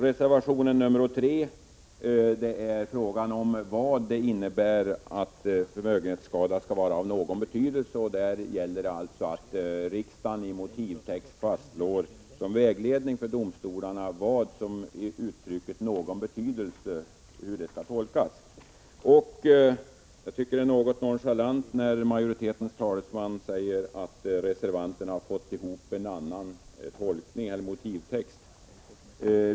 Reservation 3 gäller frågan om vad det innebär att förmögenhetsskada skall vara ”av någon betydelse”. Där gäller alltså att riksdagen i motivtext fastslår en vägledning för domstolarna hur uttrycket ”av någon betydelse” skall tolkas. Jag tycker det är något nonchalant när utskottsmajoritetens talesman säger att reservanterna fått ihop en annan motivtext.